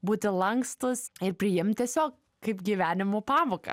būti lankstūs ir priimt tiesio kaip gyvenimo pamoką